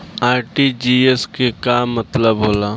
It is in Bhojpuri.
आर.टी.जी.एस के का मतलब होला?